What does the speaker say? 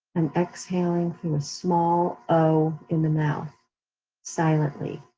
and exhaling through a small o in the mouth silently.